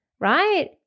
right